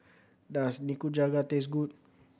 does Nikujaga taste good